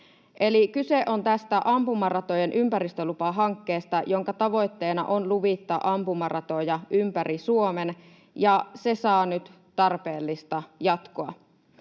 kyse on tästä ampumaratojen ympäristölupahankkeesta, jonka tavoitteena on luvittaa ampumaratoja ympäri Suomen, ja se saa nyt tarpeellista jatkoa.